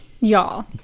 Y'all